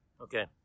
Okay